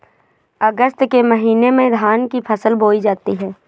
अगस्त के महीने में धान की फसल बोई जाती हैं